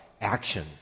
action